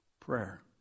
Prayer